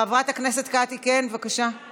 חברת הכנסת קטי, בעד,